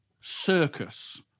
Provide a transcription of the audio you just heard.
circus